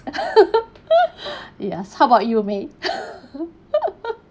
ya how about you may